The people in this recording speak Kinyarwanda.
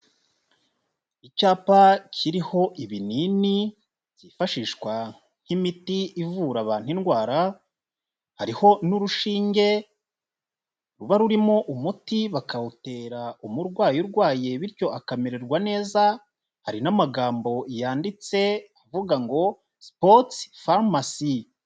Icyapa kiriho ibinini byifashishwa nk'imiti ivura abantu indwara, hariho n'urushinge ruba rurimo umuti bakawutera umurwayi urwaye ,bityo akamererwa neza, hari n'amagambo yanditse avuga ngo Sports Pharmacy.